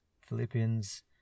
Philippians